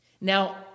Now